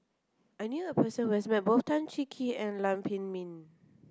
I knew a person who has met both Tan Cheng Kee and Lam Pin Min